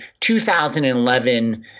2011